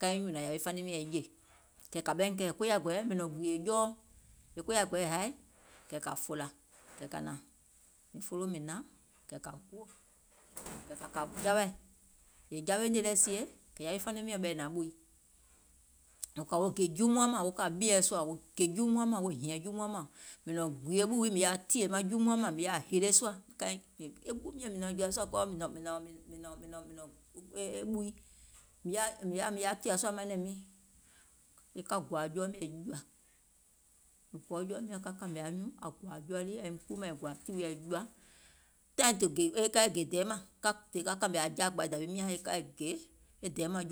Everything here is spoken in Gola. ka yè nyùnȧŋ yȧwi faniŋ miɔ̀ŋ e jè, kɛ̀ kȧ ɓɛìŋ kɛɛ̀, koya gɔɛɛ mìŋ nɔ̀ŋ gùùyè jɔɔ, e koya gɔɛɛ haì, kɛ̀ kȧ fòlȧ, kɛ̀ kȧ hnȧŋ, mìŋ folo mìŋ hnȧŋ, kɛ̀ kȧ guò, kɛ̀ kȧ jawaì, è jawe nìì lɛ sie, kɛ̀ yàwi faniŋ miɔ̀ŋ yè ɓɛìŋ hnȧŋ ɓùi, wò kɔ̀ȧ wo gè juumuaŋ mȧŋ, wò kɔ̀ȧ ɓieɛ̀ wo gè juumuaaŋ mȧŋ wo hìȧŋ juumuaŋ mȧŋ, mìŋ gùùyè ɓù wiiŋ mìŋ yaȧ tììyè juumuaŋ mȧŋ mìŋ yaȧ hìlè sùȧ kaiŋ mìŋ yaȧ tìà sùȧ manɛ̀ŋ miiŋ ka gòȧ jɔɔ mɛ̀ jùȧ, mìŋ gɔɔ jɔɔ mɛ̀ ka kȧmè anyùùŋ aim kpuumȧŋ aiŋ gòȧ jɔɔ lii, aŋ gòȧ tiwiɛ̀ jùȧ, taìŋ gè dɛɛ mȧŋ, ka ka kȧ kȧmè jaȧkpȧi dȧwiim aim kpuumȧŋ è gè dɛɛ mȧŋ,